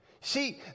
See